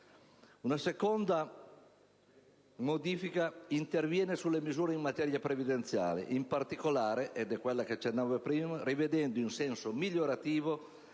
Una seconda modifica interviene sulle misure in materia previdenziale, in particolare - ed è quella cui accennavo prima - rivedendo in senso migliorativo